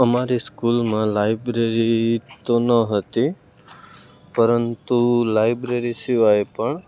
અમારી સ્કૂલમાં લાઇબ્રેરી તો ન હતી પરંતુ લાઇબ્રેરી સિવાય પણ